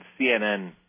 CNN